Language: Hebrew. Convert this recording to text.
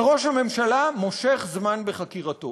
שראש הממשלה מושך זמן בחקירתו